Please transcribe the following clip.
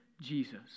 Jesus